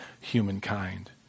humankind